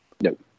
Nope